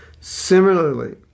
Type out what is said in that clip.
Similarly